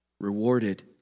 rewarded